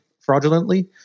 fraudulently